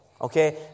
okay